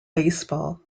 baseball